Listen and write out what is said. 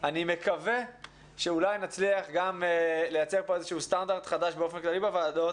אני מקווה שאולי נצליח גם לייצר פה איזה סטנדרט חדש באופן כללי בוועדות,